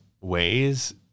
ways